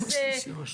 אז